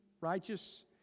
righteous